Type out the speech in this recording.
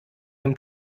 dem